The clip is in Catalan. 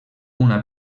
una